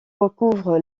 recouvre